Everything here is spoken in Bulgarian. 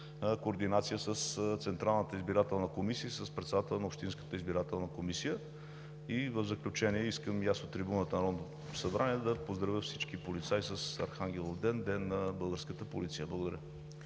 координация с Централната избирателна комисия и с председателя на Общинската избирателна комисия. В заключение, искам и аз от трибуната на Народното събрание да поздравя всички полицаи с Архангеловден – Ден на българската полиция. Благодаря.